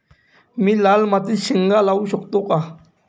मी लाल मातीत शेंगा लावू शकतो का?